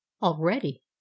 already